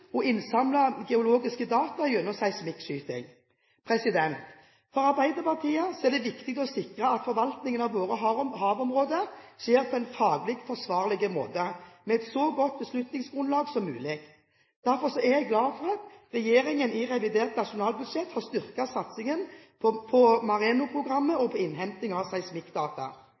og innsamlet geologiske data gjennom seismikkskyting. For Arbeiderpartiet er det viktig å sikre at forvaltningen av våre havområder skjer på en faglig forsvarlig måte, på et så godt beslutningsgrunnlag som mulig. Derfor er jeg glad for at regjeringen i revidert nasjonalbudsjett har styrket satsingen på MAREANO-programmet og på innhenting av seismikkdata.